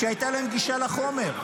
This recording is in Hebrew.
שהייתה להם גישה לחומר.